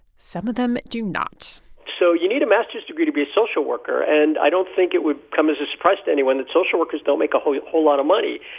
some of them do not so you need a master's degree to be a social worker, and i don't think it would come as a surprise to anyone that social workers don't make a whole yeah whole lot of money.